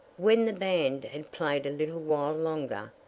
when the band had played a little while longer,